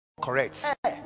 correct